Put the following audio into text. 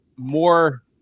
more